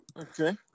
Okay